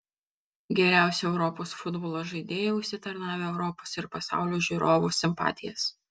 geriausi europos futbolo žaidėjai užsitarnavę europos ir pasaulio žiūrovų simpatijas